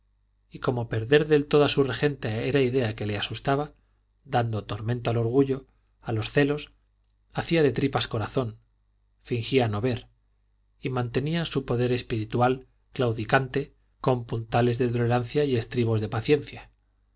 y como perder del todo a su regenta era idea que le asustaba dando tormento al orgullo a los celos hacía de tripas corazón fingía no ver y mantenía su poder espiritual claudicante con puntales de tolerancia y estribos de paciencia